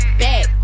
back